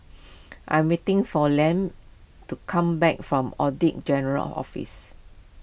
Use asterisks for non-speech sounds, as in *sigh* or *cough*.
*noise* I am waiting for Liam to come back from Audit General's Office